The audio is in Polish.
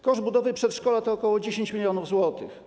Koszt budowy przedszkola to ok. 10 mln zł.